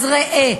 אז ראה,